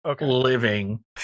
living